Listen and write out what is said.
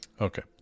Okay